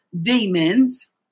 demons